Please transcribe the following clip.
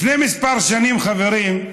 לפני כמה שנים, חברים,